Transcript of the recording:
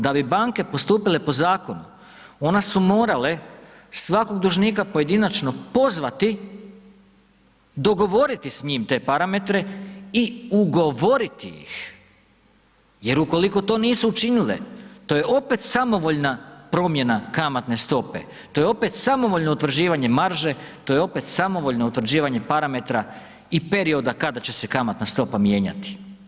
Da bi banke postupile po zakonu one su morale svakog dužnika pojedinačno pozvati, dogovoriti s njim te parametre i ugovoriti ih, jer ukoliko to nisu učinile to je opet samovoljna promjena kamatne stope, to je opet samovoljno utvrđivanje marže, to je opet samovoljno utvrđivanje parametra i perioda kada će se kamatna stopa mijenjati.